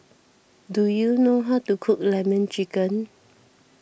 do you know how to cook Lemon Chicken